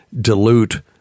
dilute